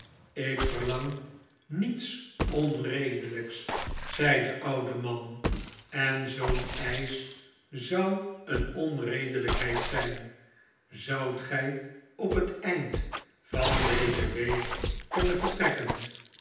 ik verlang niets onredelijks zei de oude man en zoo'n eisch zou een onredelijkheid zijn zoudt gij op het eind van deze week kunnen yertrekken